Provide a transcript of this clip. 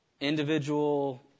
Individual